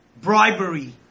bribery